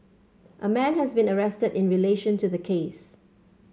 a man has been arrested in relation to the case